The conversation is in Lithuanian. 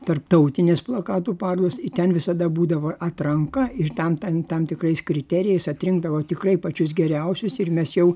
tarptautinės plakatų parodos ten visada būdavo atranka ir ten ten tam tikrais kriterijais atrinkdavo tikrai pačius geriausius ir mes jau